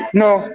no